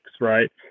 right